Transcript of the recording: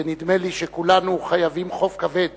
ונדמה לי שכולנו חייבים חוב כבד